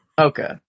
Okay